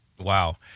wow